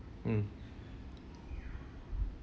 mm